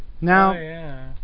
Now